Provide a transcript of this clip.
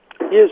Yes